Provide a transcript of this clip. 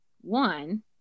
one